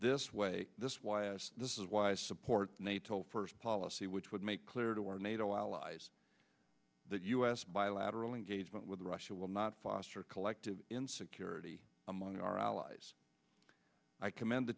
this way this was this is why i support nato first policy which would make clear to our nato allies that u s bilateral engagement with russia will not foster collective insecurity among our allies i commend the